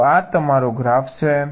તો આ તમારો ગ્રાફ છે